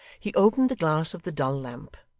he opened the glass of the dull lamp,